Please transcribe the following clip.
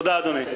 תודה אדוני.